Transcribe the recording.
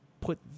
put